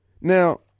Now